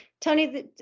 Tony